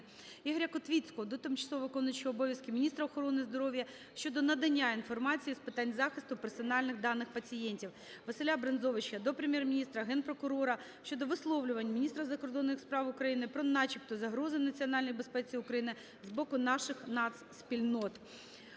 Ігоря Котвіцького до тимчасово виконуючої обов'язки Міністра охорони здоров'я щодо надання інформації з питань захисту персональних даних пацієнтів. Василя Брензовича до Прем'єр-міністра, Генпрокурора щодо висловлювань міністра закордонних справ України про начебто загрози національній безпеці України з боку наших нацспільнот.